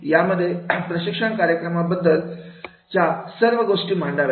यामध्ये प्रशिक्षण कार्यक्रमाबद्दल च्या सर्व गोष्टी मांडाव्यात